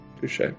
Touche